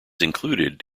included